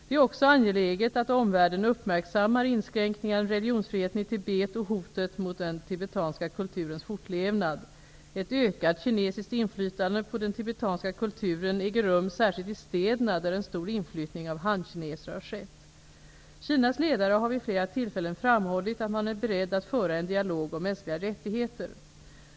Det är också angeläget att omvärlden uppmärksammar inskränkningarna i religionsfriheten i Tibet och hotet mot den tibetanska kulturens fortlevnad. Ett ökat kinesiskt inflytande på den tibetanska kulturen äger rum särskilt i städerna, där en stor inflyttning av hankineser har skett. Kinas ledare har vid flera tillfällen framhållit att man är beredd att föra en dialog om mänskliga rättigheter.